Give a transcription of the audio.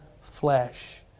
flesh